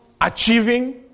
achieving